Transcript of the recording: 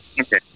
Okay